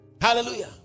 Hallelujah